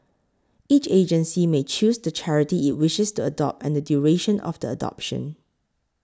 each agency may choose the charity it wishes to adopt and the duration of the adoption